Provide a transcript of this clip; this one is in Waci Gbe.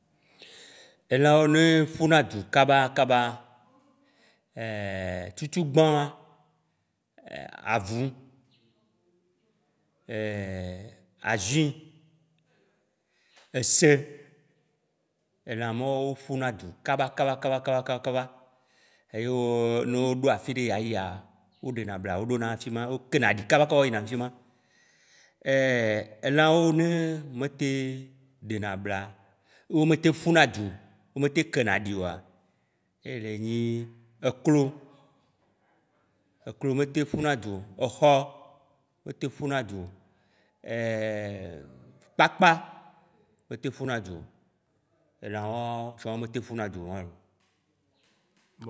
Elawo ne ƒuna dzu kaba kaba, tutugbã, avu ajui, ese elãmawo ƒuna du kaba kaba kaba kaba kaba kaba, eyoo no ɖo afiɖe ya yia, wo ɖenabla wo ɖona afima, wo kenaɖi kaba kɔ yina afima. Elawo ne metem ɖena bla, wo metem ƒunadu, wo metem kenaɖi oa, ye le nyi: eklo, eklo metem ƒuna du o, exɔ metem ƒuna du o, kpakpa metem ƒuna du o. Elãwawo tsã metem ƒuna du o wã looo.